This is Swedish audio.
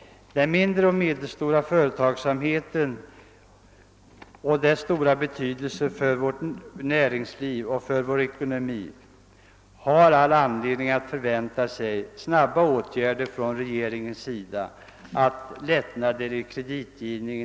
Den mindre och medelstora företagsamheten har stor betydelse för vårt näringsliv och för vår ekonomi. Det finns därför anledning förvänta sig snabba ' åtgärder från regeringens sida i form av lättnader i kreditgivningen.